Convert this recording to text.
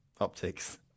optics